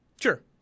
Sure